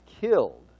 killed